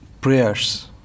prayers